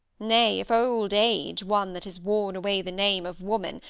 nay, if old age, one that has worn away the name of woman,